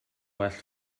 well